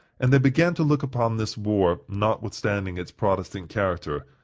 and they began to look upon this war, notwithstanding its protestant character,